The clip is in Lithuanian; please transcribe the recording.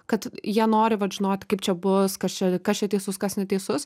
kad jie nori vat žinoti kaip čia bus kas čia kas čia teisus kas neteisus